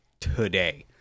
today